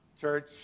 church